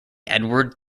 edward